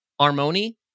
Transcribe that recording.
Armoni